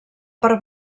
part